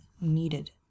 needed